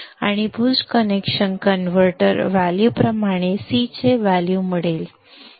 आणि BOOST connector converter value प्रमाणे C चे व्हॅल्यू मिळेल